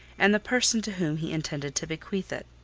and the person to whom he intended to bequeath it.